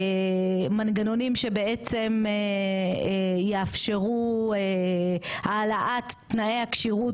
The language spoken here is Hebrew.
מנגנונים שבעצם יאפשרו העלאת תנאי הכשירות,